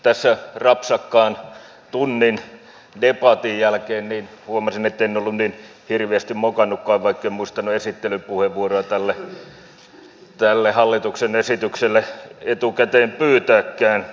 tässä rapsakkaan tunnin debatin jälkeen huomasin etten ollut niin hirveästi mokannutkaan vaikka en muistanut esittelypuheenvuoroa tälle hallituksen esitykselle etukäteen pyytääkään